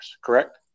correct